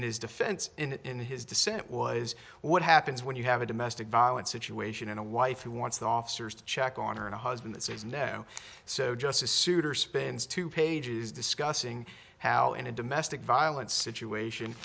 in his defense in his dissent was what happens when you have a domestic violence situation and a wife who wants the officers to check on her and her husband says no so justice souter spends two pages discussing how in a domestic violence situation